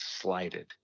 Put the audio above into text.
slighted